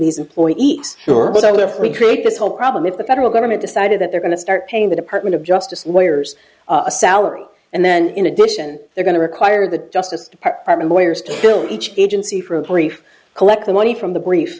these employee s sure but i left we create this whole problem if the federal government decided that they're going to start paying the department of justice lawyers a salary and then in addition they're going to require the justice department lawyers to kill each the agency for a brief collect the money from the brief